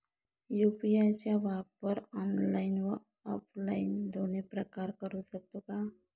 UPI चा वापर online व ऑफलाईन दोन्ही प्रकारे करु शकतो का?